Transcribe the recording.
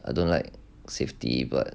I don't like safety but